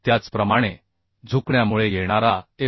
त्याचप्रमाणे बेन्डीगमुळे येणारा एफ